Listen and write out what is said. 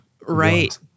right